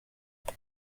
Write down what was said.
بگو